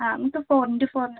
ആ ഇത് four into ഫോറിന്